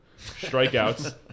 Strikeouts